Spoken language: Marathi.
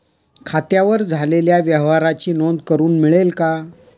खात्यावर झालेल्या व्यवहाराची नोंद करून मिळेल का?